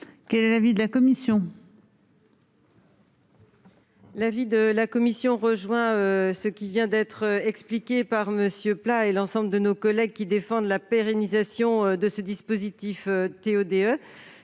Quel est l'avis de la commission ?